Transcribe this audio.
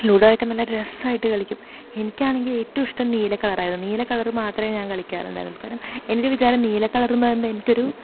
ലുഡോക്ക നല്ല രസമായിട്ട് കളിക്കും എനിക്കാണെങ്കിൽ ഏറ്റവും ഇഷ്ട്ടം നീല കളർ ആയിരുന്നു നീല കളർ മാത്രമേ ഞാൻ കളിക്കാറുണ്ടായിരുന്നു എൻറെ വിചാരം നീല കളർ എന്നു പറയുന്നത് എനിക്കൊരു